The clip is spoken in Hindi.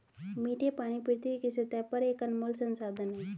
मीठे पानी पृथ्वी की सतह पर एक अनमोल संसाधन है